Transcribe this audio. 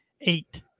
eight